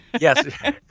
Yes